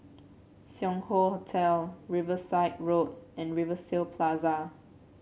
Sing Hoe Hotel Riverside Road and Rivervale Plaza